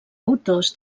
autors